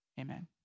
amen